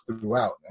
throughout